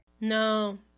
No